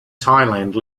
thailand